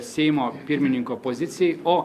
seimo pirmininko pozicijai o